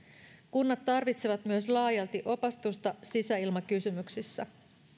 kunnat tarvitsevat myös laajalti opastusta sisäilmakysymyksissä